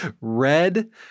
red